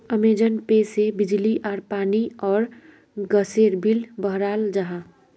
Amazon pay से बिजली आर पानी आर गसेर बिल बहराल जाहा